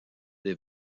des